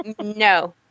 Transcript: No